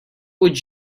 would